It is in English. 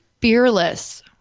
fearless